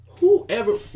Whoever